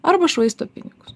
arba švaisto pinigus